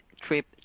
Trip